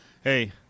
hey